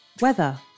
Weather